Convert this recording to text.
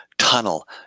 tunnel